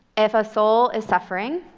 if a soul is suffering